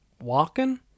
walking